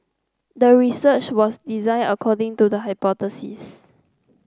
the research was designed according to the hypothesis